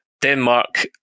Denmark